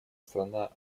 страна